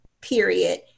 period